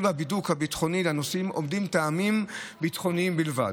והבידוק הביטחוני לנוסעים עומדים טעמים ביטחוניים בלבד,